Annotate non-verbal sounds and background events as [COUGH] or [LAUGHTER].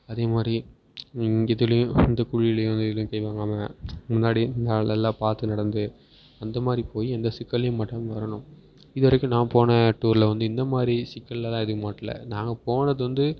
அதே மாதிரி இங்கே இதுலையும் வந்து குளிர்லையும் [UNINTELLIGIBLE] போய் வாங்காமல் முன்னாடியே நெலைலா பார்த்து நடந்து அந்த மாதிரி போய் எந்த சிக்கல்லையும் மாட்டாமல் வரணும் இது வரைக்கும் நான் போன டூரில் வந்து இந்த மாதிரி சிக்கல்லெலாம் எதுவும் மாட்லை நாங்கள் போனது வந்து